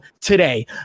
today